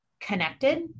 connected